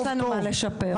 הרוב טוב,